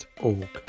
org